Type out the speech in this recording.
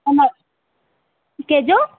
न न केजो